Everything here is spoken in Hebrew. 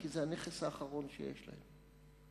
כי זה הנכס האחרון שיש להם.